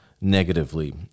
negatively